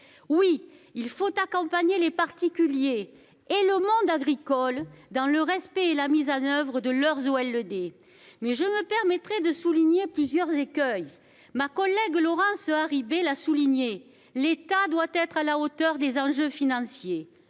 Il faut accompagner les particuliers et le monde agricole dans le respect et la mise en oeuvre de leurs OLD. Toutefois, je me permettrai de souligner plusieurs écueils. D'abord, comme ma collègue Laurence Harribey l'a souligné, l'État doit être à la hauteur des enjeux financiers.